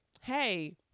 hey